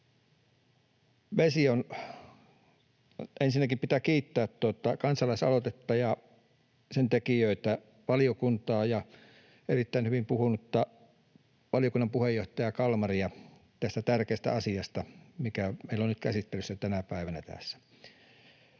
Ensinnäkin pitää kiittää kansalaisaloitetta ja sen tekijöitä, valiokuntaa ja erittäin hyvin puhunutta valiokunnan puheenjohtaja Kalmaria tästä tärkeästä asiasta, mikä meillä on nyt tänä päivänä tässä